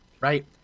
Right